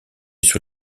sur